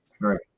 Right